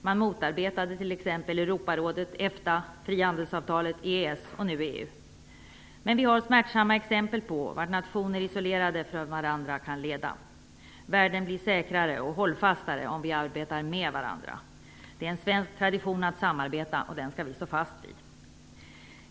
Man motarbetade t.ex. Europarådet, EFTA, frihandelsavtalet, EES och nu EU. Men vi har smärtsamma exempel på vart nationer isolerade från varandra kan leda. Världen blir säkrare och hållfastare om vi arbetar med varandra. Det är en svensk tradition att samarbeta, och den skall vi stå fast vid.